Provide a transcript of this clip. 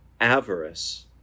avarice